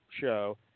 show